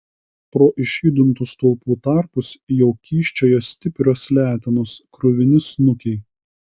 pro išjudintų stulpų tarpus jau kyščiojo stiprios letenos kruvini snukiai